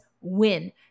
win